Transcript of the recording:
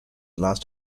last